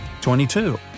22